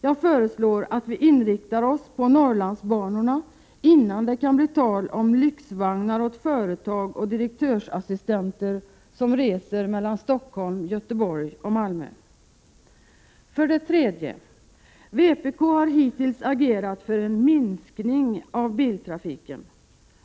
Jag föreslår att vi inriktar oss på Norrlandsbanorna, innan det kan bli tal om lyxvagnar åt företag och direktörsassistenter som reser mellan Stockholm, Göteborg och Malmö. För det tredje: Vpk har hittills agerat för en minskning av biltrafiken.